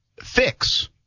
fix